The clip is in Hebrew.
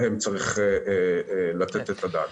שצריך לתת עליו את הדעת.